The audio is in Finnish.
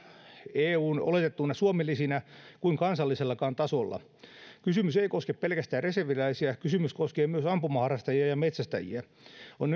eun oletettuina suomi lisinä kuin kansallisellakaan tasolla kysymys ei koske pelkästään reserviläisiä kysymys koskee myös ampumaharrastajia ja metsästäjiä on